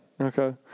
Okay